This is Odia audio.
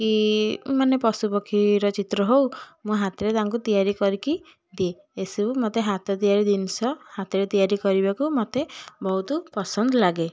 କି ମାନେ ପଶୁପକ୍ଷୀର ଚିତ୍ର ହେଉ ମୋ ହାତରେ ତାଙ୍କୁ ତିଆରି କରିକି ଦିଏ ଏସବୁ ମୋତେ ହାତ ତିଆରି ଜିନିଷ ହାତରେ ତିଆରି କରିବାକୁ ମୋତେ ବହୁତ ପସନ୍ଦ ଲାଗେ